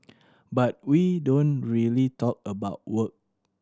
but we don't really talk about work